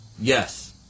yes